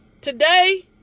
today